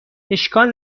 اشکال